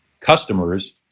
customers